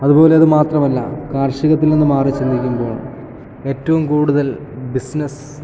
അതുപോലെ അതുമാത്രമല്ല കാർഷികത്തിൽ നിന്ന് മാറി ചിന്തിക്കുമ്പോൾ ഏറ്റവും കൂടുതൽ ബിസിനസ്